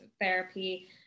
therapy